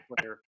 player